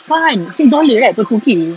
what six dollar right per cookie